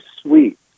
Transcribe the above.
sweet